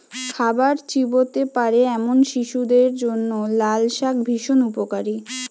খাবার চিবোতে পারে এমন শিশুদের জন্য লালশাক ভীষণ উপকারী